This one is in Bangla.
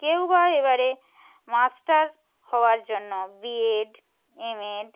কেউ বা এবারে মাস্টার হওয়ার জন্য বিএড এমএড